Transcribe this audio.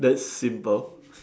that's simple